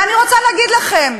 ואני רוצה להגיד לכם,